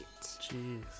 Jeez